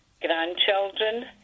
grandchildren